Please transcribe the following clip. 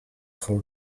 for